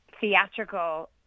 theatrical